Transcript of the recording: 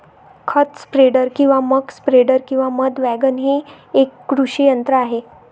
खत स्प्रेडर किंवा muck spreader किंवा मध वॅगन हे एक कृषी यंत्र आहे